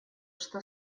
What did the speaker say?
что